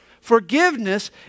Forgiveness